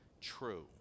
true